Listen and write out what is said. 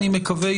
אני מקווה,